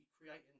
creating